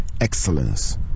excellence